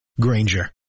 Granger